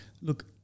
Look